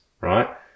right